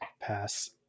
pass